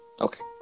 Okay